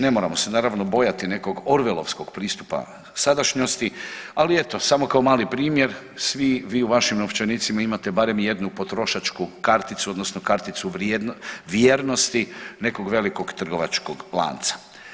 Ne moramo se naravno bojati nekog Orvelovskog pristupa sadašnjosti, ali eto samo kao mali primjer svi vi u vašim novčanicima imate barem jednu potrošačku karticu, odnosno karticu vjernosti nekog velikog trgovačkog lanca.